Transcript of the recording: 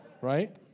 right